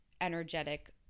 energetic